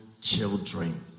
children